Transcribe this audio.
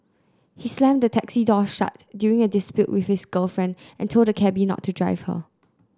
he slammed the taxi door shut during a dispute with his girlfriend and told the cabby not to drive her